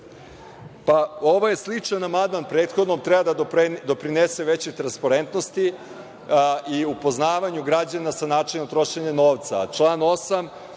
Ovo je sličan amandman prethodnom. Treba da doprinese većoj transparentnosti i upoznavanju građana sa načinom trošenja novca.